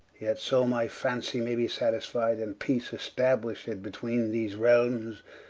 yet so my fancy may be satisfied, and peace established betweene these realmes.